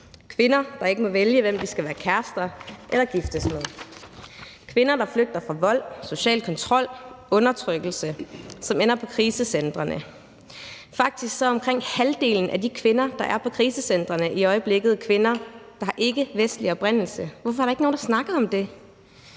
kvinder, der ikke må vælge, hvem de vil være kærester med eller giftes med, og kvinder, der flygter fra vold, social kontrol og undertrykkelse, og som ender på krisecentrene. Faktisk er omkring halvdelen af de kvinder, der er på krisecentrene i øjeblikket, kvinder, der er af ikkevestlig oprindelse. Hvorfor er der ikke nogen, der snakker om det?